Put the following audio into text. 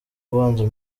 ubanza